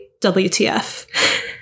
WTF